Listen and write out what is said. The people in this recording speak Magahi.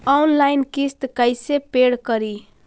ऑनलाइन किस्त कैसे पेड करि?